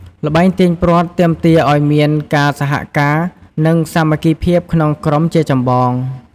ល្បែងទាញព្រ័ត្រទាមទារឱ្យមានការសហការ និងសាមគ្គីភាពក្នុងក្រុមជាចម្បង។